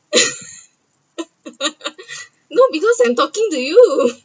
no because I’m talking to you